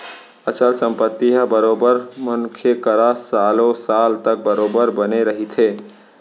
अचल संपत्ति ह बरोबर मनखे करा सालो साल तक बरोबर बने रहिथे